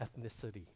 ethnicity